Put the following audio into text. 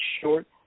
short